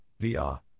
VR